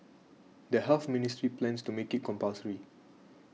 the Health Ministry plans to make it compulsory